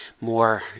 more